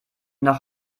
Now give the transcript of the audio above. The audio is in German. nach